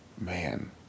man